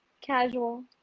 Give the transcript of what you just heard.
Casual